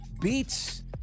beats